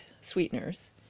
sweeteners